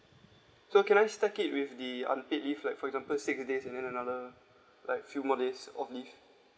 so can I stack it with the unpaid leave like for example six days and then another like few more days of leave